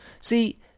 See